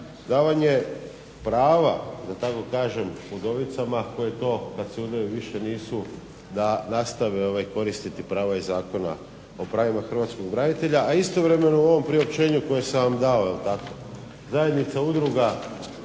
davanje prava, da tako kažem udovicama koje to kad se udaju više nisu, da nastave koristiti prava iz Zakona o pravima hrvatskog branitelja, a istovremeno u ovom priopćenju kojeg sam vam dao, zajednica udruga